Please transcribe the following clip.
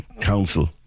council